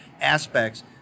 aspects